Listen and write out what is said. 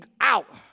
out